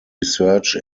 research